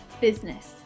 business